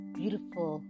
beautiful